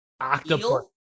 Octopus